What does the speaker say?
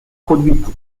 produite